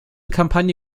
kampagne